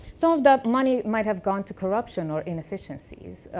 some of that money might have gone to corruption or inefficiencies.